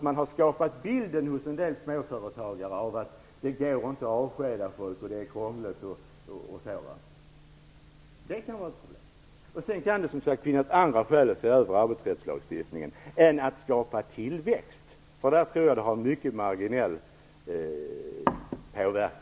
Man har skapat bilden hos en del småföretagare av att det inte går att avskeda folk och att det är krångligt. Det kan vara ett problem. Sedan kan det som sagt finnas andra skäl att se över arbetsrättslagstiftningen än för att skapa tillväxt, för på det området tror jag att det har en mycket marginell påverkan.